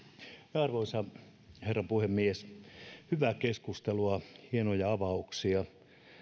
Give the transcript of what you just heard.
arvoisa herra puhemies hyvää keskustelua hienoja avauksia